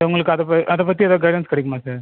உங்களுக்கு அதை ப அதைப் பற்றி எதாவது கைடன்ஸ் கிடைக்குமா சார்